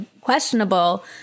questionable